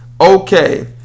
Okay